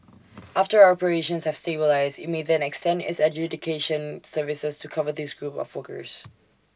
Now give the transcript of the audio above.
after operations have stabilised IT may then extend its adjudication services to cover these groups of workers